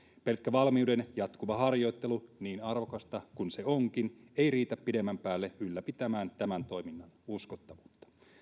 pelkkä valmiuden jatkuva harjoittelu niin arvokasta kuin se onkin ei riitä pidemmän päälle ylläpitämään tämän toiminnan uskottavuutta